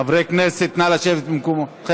חברי הכנסת, נא לשבת במקומותיכם.